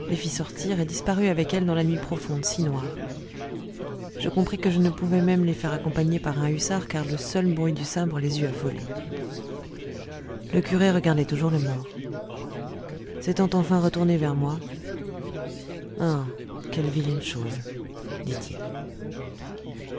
sortir et disparut avec elles dans la nuit profonde si noire je compris que je ne pouvais même les faire accompagner par un hussard car le seul bruit du sabre les eût affolées le curé regardait toujours le mort s'étant enfin retourné vers moi ah quelle vilaine chose dit-il